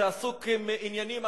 שעסוק בעניינים אחרים,